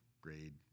grade